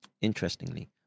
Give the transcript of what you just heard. Interestingly